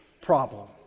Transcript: problem